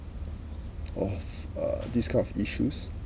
of uh this kind of issues